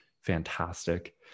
fantastic